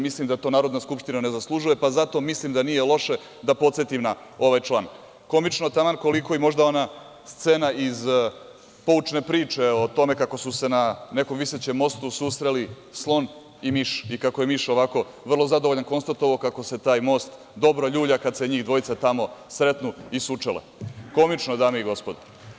Mislim da to Narodna skupština ne zaslužuje, pa zato mislim da nije loše da podsetim na ovaj član, komično taman koliko možda i ona scena iz poučne priče o tome kako su se na nekom visećem mostu susreli slon i miš i kako je miš vrlo zadovoljan konstatovao kako se taj most dobro ljulja kad se njih dvojica tamo sretnu i sučele, komično, dame i gospodo.